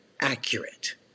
accurate